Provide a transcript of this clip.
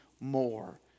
more